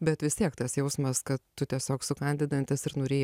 bet vis tiek tas jausmas kad tu tiesiog sukandi dantis ir nuryji